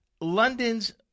London's